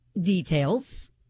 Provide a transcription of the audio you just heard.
details